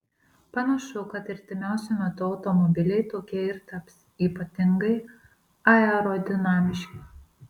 panašu kad artimiausiu metu automobiliai tokie ir taps ypatingai aerodinamiški